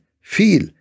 feel